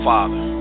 Father